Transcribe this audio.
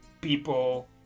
people